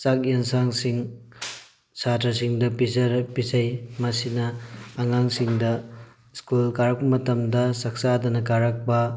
ꯆꯥꯛ ꯌꯦꯟꯁꯥꯡꯁꯤꯡ ꯁꯥꯇ꯭ꯔꯁꯤꯡꯗ ꯄꯤꯖꯔ ꯄꯤꯖꯩ ꯃꯁꯤꯅ ꯑꯉꯥꯡꯁꯤꯡꯗ ꯁ꯭ꯀꯨꯜ ꯀꯥꯔꯛꯄ ꯃꯇꯝꯗ ꯆꯥꯛꯆꯥꯗꯅ ꯀꯥꯔꯛꯄ